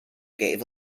gave